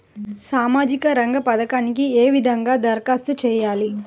సామాజిక రంగ పథకాలకీ ఏ విధంగా ధరఖాస్తు చేయాలి?